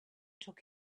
took